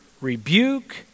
rebuke